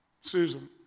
Susan